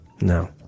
No